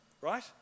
right